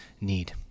need